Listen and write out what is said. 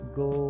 go